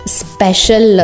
special